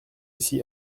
ici